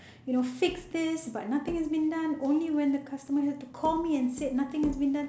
you know fix this but nothing has been done only when the customer have to call me and said nothing has been done